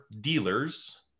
dealers